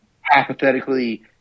Hypothetically